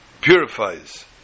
purifies